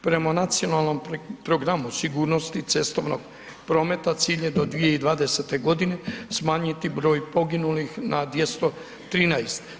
Prema Nacionalnom programu sigurnosti cestovnog prometa cilj je do 2020. smanjiti broj poginulih na 213.